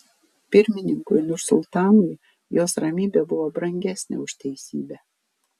pirmininkui nursultanui jos ramybė buvo brangesnė už teisybę